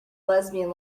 lesbian